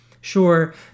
Sure